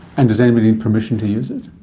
and does anybody need permission to use it?